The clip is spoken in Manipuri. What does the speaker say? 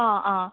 ꯑꯥ ꯑꯥ